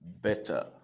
better